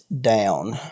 down